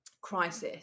crisis